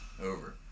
over